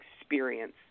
experience